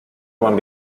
one